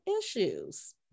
issues